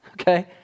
okay